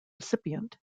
recipient